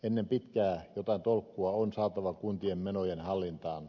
ennen pitkää jotain tolkkua on saatava kuntien menojen hallintaan